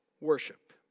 worship